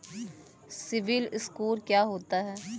CIBIL score क्या होता है?